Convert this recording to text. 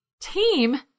Team